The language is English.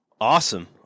Awesome